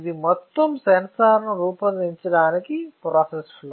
ఇది మొత్తం సెన్సార్ను రూపొందించడానికి ప్రాసెస్ ఫ్లో